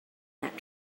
that